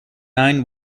nine